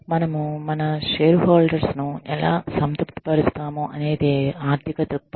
మనము మన shareholders ను ఎలా సంతృప్తిపరుస్తాము అనేదే ఆర్థిక దృక్పథం